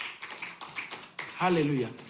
Hallelujah